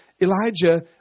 Elijah